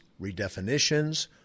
redefinitions